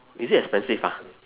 is it expensive ah